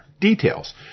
Details